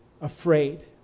afraid